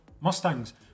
Mustangs